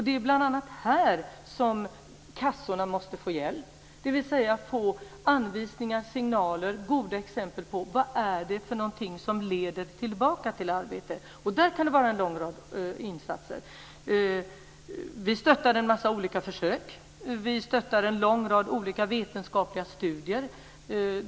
Det är bl.a. här som kassorna måste få hjälp, dvs. anvisningar, signaler och goda exempel på vad det är som leder tillbaka till arbete. Det kan vara en lång rad insatser. Vi stöttar en massa olika försök. Vi stöttar en lång rad olika vetenskapliga studier.